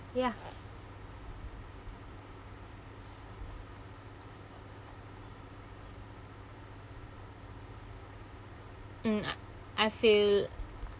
ya mm I I feel